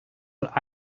what